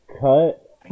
cut